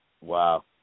Wow